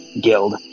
guild